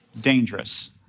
dangerous